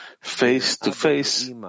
face-to-face